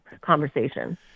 conversation